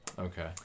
Okay